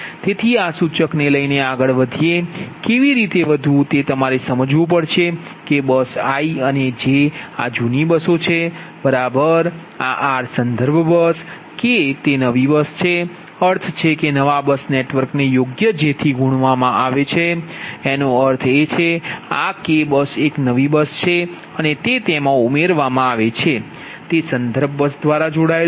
તેથી આ સૂચકને લઇ આગળ કેવી રીતે વધવું તે તમારે સમજવું પડશે કે બસ i અને j આ જૂની બસો છે બરાબર બસ આર સંદર્ભ બસ બસ K તે નવી બસ છે અર્થ એ છે કે નવા બસ નેટવર્કને યોગ્ય j થી ઉમેરવામાં આવે છે એનો અર્થ એ કે આ K બસ એક નવી બસ છે અને તે તેમાં ઉમેરવામાં આવે છે જે તે સંદર્ભ બસ સાથે જોડાયેલ છે